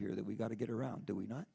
here that we've got to get around do we not